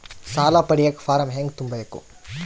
ಸಾಲ ಪಡಿಯಕ ಫಾರಂ ಹೆಂಗ ತುಂಬಬೇಕು?